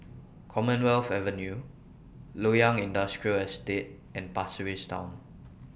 Commonwealth Avenue Loyang Industrial Estate and Pasir Ris Town